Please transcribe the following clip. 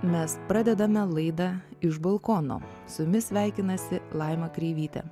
mes pradedame laidą iš balkono su jumis sveikinasi laima kreivytė